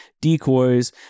decoys